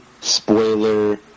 Spoiler